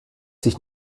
sich